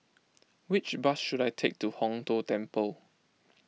which bus should I take to Hong Tho Temple